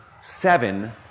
seven